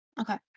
Okay